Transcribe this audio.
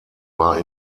war